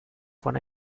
von